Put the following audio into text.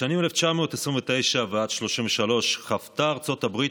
בשנים 1929 1933 חוותה ארצות הברית